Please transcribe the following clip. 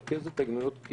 נרכז את ההתנגדויות.